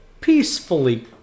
peacefully